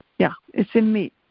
yeah, it's in meat,